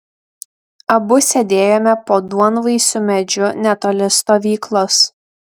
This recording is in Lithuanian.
abu sėdėjome po duonvaisiu medžiu netoli stovyklos